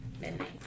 Midnight